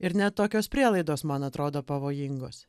ir net tokios prielaidos man atrodo pavojingos